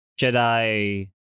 Jedi